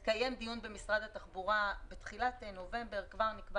13 או 14. בתחילת נובמבר יתקיים דיון במשרד התחבורה וכבר נקבע